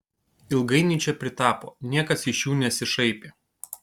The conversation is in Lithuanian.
ilgainiui čia pritapo niekas iš jų nesišaipė